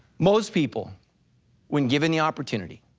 most people when given the opportunity,